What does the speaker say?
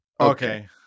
Okay